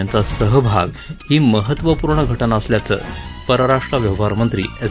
यांचा सहभाग ही महत्त्वपूर्ण घटना असल्याचं परराष्ट्र व्यवहारमंत्री एस